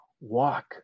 walk